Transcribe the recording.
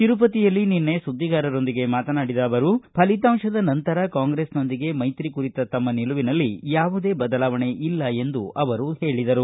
ತಿರುಪತಿಯಲ್ಲಿ ನಿನ್ನೆ ಸುದ್ದಿಗಾರರೊಂದಿಗೆ ಮಾತನಾಡಿದ ಅವರು ಫಲಿತಾಂಶದ ನಂತರ ಕಾಂಗ್ರೆಸ್ನೊಂದಿಗೆ ಮೈತ್ರಿ ಕುರಿತ ತಮ್ನ ನಿಲುವಿನಲ್ಲಿ ಯಾವುದೇ ಬದಲಾವಣೆ ಇಲ್ಲ ಎಂದು ತಿಳಿಸಿದರು